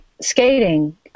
skating